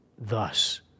thus